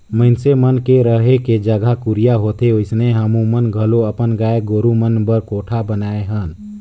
मइनसे मन के रहें के जघा कुरिया होथे ओइसने हमुमन घलो अपन गाय गोरु मन बर कोठा बनाये हन